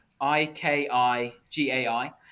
i-k-i-g-a-i